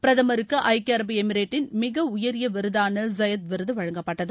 பிரதமருக்கு ஐக்கிய அரபு எமிரேட்டின் மிக உயரிய விருதான ஜயீத் விருது வழங்கப்பட்டது